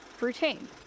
Routine